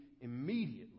immediately